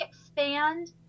expand